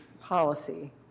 policy